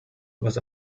was